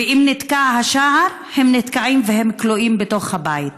אם נתקע השער הם נתקעים והם כלואים בתוך הבית.